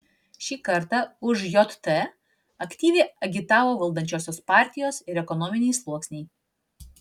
šį kartą už jt aktyviai agitavo valdančiosios partijos ir ekonominiai sluoksniai